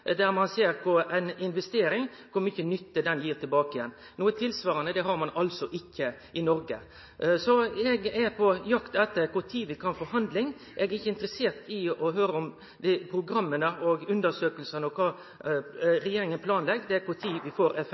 ser på kor mykje nytte ei investering gir tilbake. Noko tilsvarande har ein ikkje i Noreg. Eg er på jakt etter når vi kan få handling, eg er ikkje interessert i å høre om programma og undersøkingane og kva regjeringa planlegg. Det er kva tid vi får